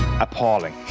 Appalling